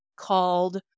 called